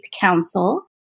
Council